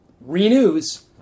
renews